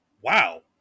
Wow